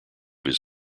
his